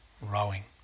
rowing